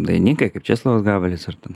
daininkai kaip česlovas gabalis ar ten